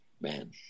man